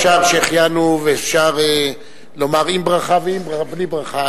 אפשר "שהחיינו" ואפשר לומר עם ברכה ובלי ברכה.